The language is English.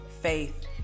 faith